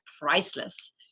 priceless